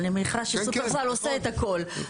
אני מניחה ששופרסל עושה את הכל.